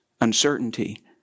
uncertainty